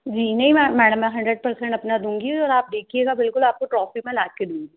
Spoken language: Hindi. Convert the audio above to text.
जी नहीं मैडम मैं हंड्रेड पर्सेंट अपना दूँगी और आप देखिएगा बिल्कुल आपको ट्रॉफ़ी मैं लाकर दूँगी